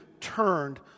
turned